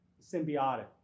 symbiotic